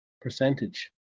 percentage